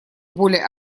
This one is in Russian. более